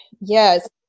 yes